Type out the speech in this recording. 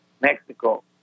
Mexico